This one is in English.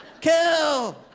kill